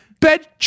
bed